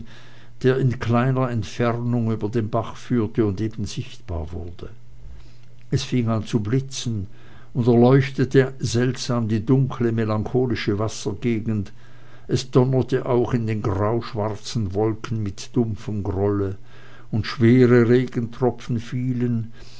der in kleiner entfernung über den bach führte und eben sichtbar wurde es fing an zu blitzen und erleuchtete seltsam die dunkle melancholische wassergegend es donnerte auch in den grauschwarzen wolken mit dumpfem grolle und schwere regentropfen fielen